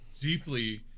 Deeply